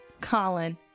Colin